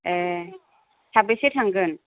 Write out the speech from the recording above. ए साबेसे थांगोन